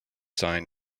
sign